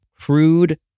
crude